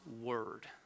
word